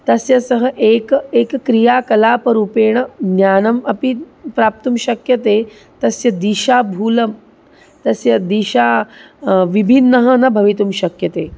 तस्य सह एक एक क्रियाकलापरूपेण ज्ञानम् अपि प्राप्तुं शक्यते तस्य दिशामूलं तस्य दिशा विभिन्नः न भवितुं शक्यते